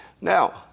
Now